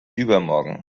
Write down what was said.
übermorgen